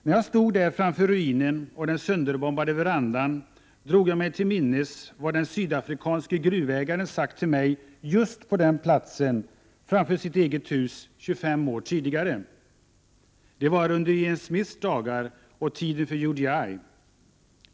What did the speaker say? När jag stod där framför ruinen och den sönderbombade verandan, drog jag mig till minnes vad den sydafrikanske gruvägaren sagt till mig just på den platsen framför sitt eget hus 25 år tidigare. Det var under Ian Smiths dagar och tiden för UDI.